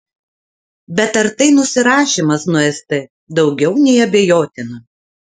bet ar tai nusirašymas nuo st daugiau nei abejotina